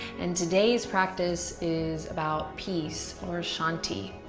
and today's practice is about peace or shanti.